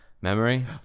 memory